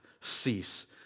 cease